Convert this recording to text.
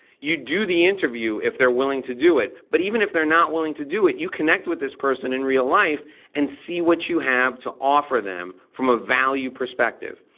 you do the interview if they're willing to do it, but even if they're not willing to do it you connect with this person in real life and see what you have to offer them from a value perspective.